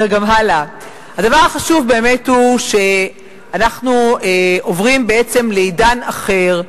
הדבר החשוב באמת הוא שאנחנו עוברים בעצם לעידן אחר,